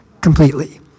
completely